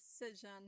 decision